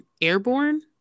airborne